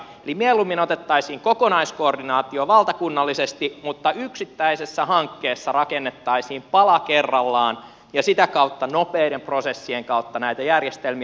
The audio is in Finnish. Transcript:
mieluummin otettaisiin kokonaiskoordinaatio valtakunnallisesti mutta yksittäisessä hankkeessa rakennettaisiin pala kerrallaan ja sitä kautta nopeiden prosessien kautta näitä järjestelmiä